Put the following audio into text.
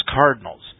Cardinals